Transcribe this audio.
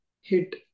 hit